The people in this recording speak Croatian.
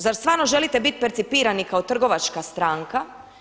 Zar stvarno želite biti percipirani kao trgovačka stranka?